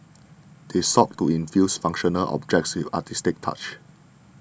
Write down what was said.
they sought to infuse functional objects with artistic touches